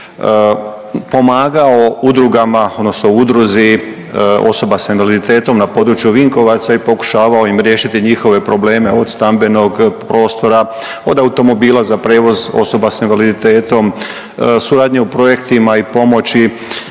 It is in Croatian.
odnosno udruzi osoba sa invaliditetom na području Vinkovaca i pokušavao im riješiti njihove probleme od stambenog prostora, od automobila za prijevoz osoba sa invaliditetom, suradnje u projektima i pomoći